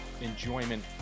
enjoyment